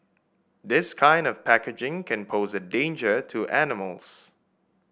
this kind of packaging can pose a danger to animals